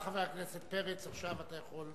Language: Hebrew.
בבקשה, חבר הכנסת פרץ, עכשיו אתה יכול,